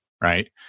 right